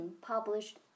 published